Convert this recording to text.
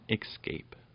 Escape